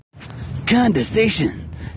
Condensation